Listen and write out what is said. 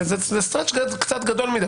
זה מתיחה קצת גדולה מדי.